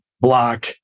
block